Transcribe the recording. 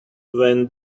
when